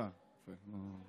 כאן, כן.